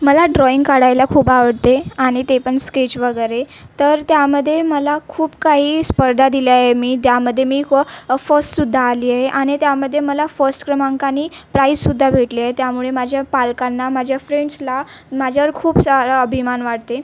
मला ड्रॉईंग काढायला खूप आवडते आणि ते पण स्केच वगैरे तर त्यामध्ये मला खूप काही स्पर्धा दिल्या आहे मी त्यामध्ये मी क्व फस सुद्धा आली आहे आणि त्यामध्ये मला फस क्रमांकानी प्राईस सुद्धा भेटले आहे त्यामुळे माझ्या पालकांना माझ्या फ्रेंड्सला माझ्यावर खूप सारा अभिमान वाटते